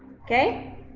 Okay